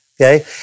Okay